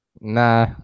Nah